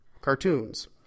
cartoons